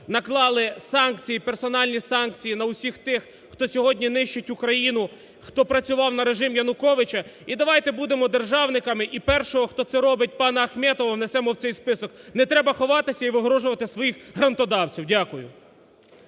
санкції, персональні санкції на усіх тих, хто сьогодні нищить Україну, хто працював на режим Януковича. І давайте будемо державниками і першого, хто це робить, пана Ахметова, внесемо в цей список. Не треба ховатися і вигороджувати своїх грантодавців. Дякую.